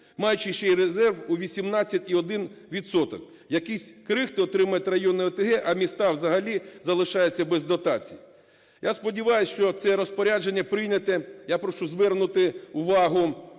маючи ще і резерв у 18,1 відсоток? Якісь крихти отримають районні ОТГ, а міста взагалі залишаються без дотацій. Я сподіваюсь, що це розпорядження прийняте – я прошу звернути увагу,